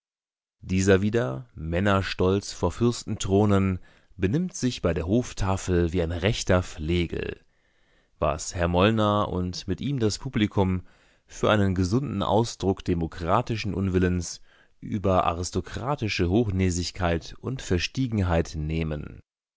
dieser wieder männerstolz vor fürstenthronen benimmt sich bei der hoftafel wie ein rechter flegel was herr molnr und mit ihm das publikum für einen gesunden ausdruck demokratischen unwillens über aristokratische hochnäsigkeit und verstiegenheit nehmen